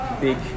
big